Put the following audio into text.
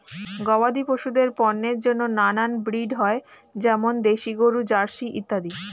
গবাদি পশুদের পণ্যের জন্য নানান ব্রিড হয়, যেমন দেশি গরু, জার্সি ইত্যাদি